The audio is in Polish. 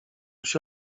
się